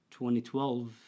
2012